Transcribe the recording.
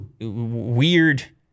weird